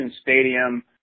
Stadium